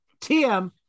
TM